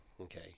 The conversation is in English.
okay